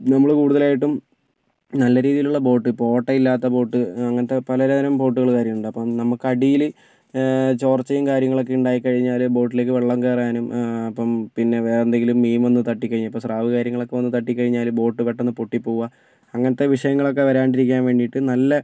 നമ്മൾ കൂടുതലായിട്ടും നല്ല രീതിയിലുള്ള ബോട്ട് ഇപ്പോൾ ഓട്ട ഇല്ലാത്ത ബോട്ട് അങ്ങനത്തെ പലതരം ബോട്ട് കാര്യങ്ങളൊക്കെ ഉണ്ട് അപ്പോൾ നമുക്ക് അടിയില് ചോർച്ചയും കാര്യങ്ങളൊക്കെ ഉണ്ടായി കഴിഞ്ഞാൽ ബോട്ടിലേക്ക് വെള്ളം കയറാനും അപ്പം പിന്നെ വേറെ എന്തെങ്കിലും മീൻ വന്ന് തട്ടി കഴിഞ്ഞാൽ ഇപ്പോൾ സ്രാവ് കാര്യങ്ങളൊക്കെ വന്ന് തട്ടി കഴിഞ്ഞാൽ ബോട്ട് പെട്ടെന്ന് പൊട്ടി പോകുക അങ്ങനത്തെ വിഷയങ്ങൾ ഒക്കെ വരാതിരിക്കാൻ വേണ്ടിയിട്ട് നല്ല